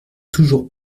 toujours